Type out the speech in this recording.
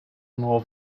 nur